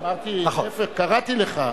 להיפך, קראתי לך.